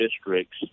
districts